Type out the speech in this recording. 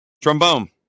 trombone